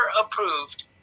approved